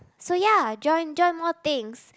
so ya join join more things